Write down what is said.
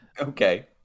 Okay